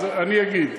אני אגיד.